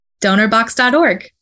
DonorBox.org